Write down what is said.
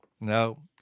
No